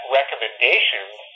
recommendations